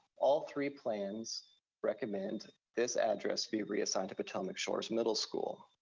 all three plans recommend this address be reassigned to potomac shores middle school.